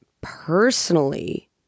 personally